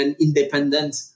independent